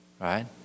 Right